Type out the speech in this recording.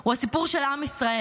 הוא הסיפור של עם ישראל.